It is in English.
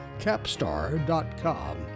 capstar.com